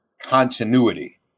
continuity